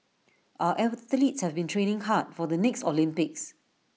our athletes have been training hard for the next Olympics